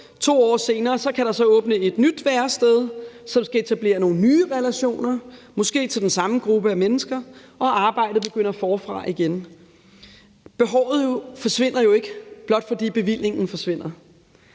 2 år senere kan der så åbne et nyt værested, som skal etablere nogle nye relationer, måske til den samme gruppe af mennesker, og arbejdet begynder forfra igen. Men behovet forsvinder jo ikke, blot fordi bevillingen forsvinder.